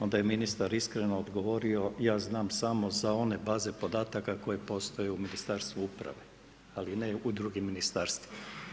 Onda je ministar iskreno odgovorio, ja znam samo za one baze podataka koje postoje u Ministarstvu uprave ali ne i u drugim ministarstvima.